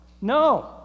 No